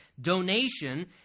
donation